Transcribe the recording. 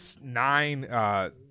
nine